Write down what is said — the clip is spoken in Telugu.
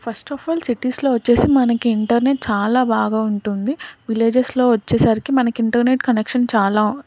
ఫస్ట్ ఆఫ్ ఆల్ సిటీస్లో వచ్చేసి మనకి ఇంటర్నెట్ చాలా బాగా ఉంటుంది విలేజెస్లో వచ్చేసరికి మనకి ఇంటర్నెట్ కనెక్షన్ చాలా